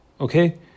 Okay